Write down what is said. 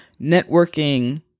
networking